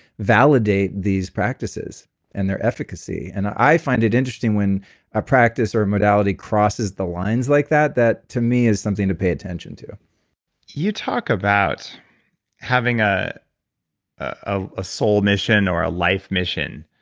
validate these practices and their efficacy, and i find it interesting when a practice or modality crosses the lines like that. that, to me, is something to pay attention to you talk about having ah ah a soul mission or a life mission